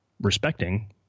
respecting